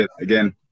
Again